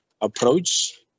approach